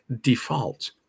default